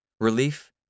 Relief